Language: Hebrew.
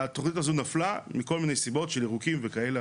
והתוכנית הזו נפלה מכל מיני סיבות של ירוקים וכאלה,